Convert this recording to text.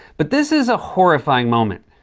but this is a horrifying moment.